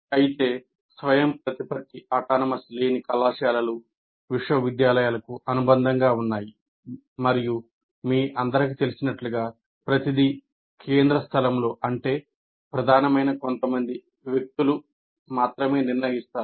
అయితే స్వయంప్రతిపత్తి లేని కళాశాలలు విశ్వవిద్యాలయాలకు అనుబంధంగా ఉన్నాయి మరియు మీ అందరికీ తెలిసినట్లుగా ప్రతిదీ కేంద్ర స్థలంలో అంటే ప్రధానమైన కొంతమంది వ్యక్తులు నిర్ణయిస్తారు